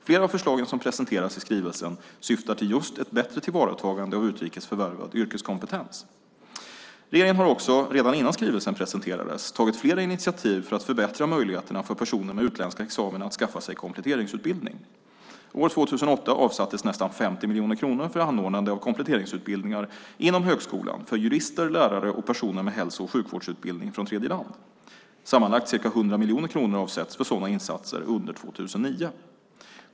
Flera av förslagen som presenteras i skrivelsen syftar till just ett bättre tillvaratagande av utrikes förvärvad yrkeskompetens. Regeringen har också, redan innan skrivelsen presenterades, tagit flera initiativ för att förbättra möjligheterna för personer med utländska examina att skaffa sig kompletteringsutbildning. År 2008 avsattes nästan 50 miljoner kronor för anordnande av kompletteringsutbildningar inom högskolan för jurister, lärare och personer med hälso och sjukvårdsutbildning från tredjeland. Sammanlagt ca 100 miljoner kronor avsätts för sådana insatser under 2009.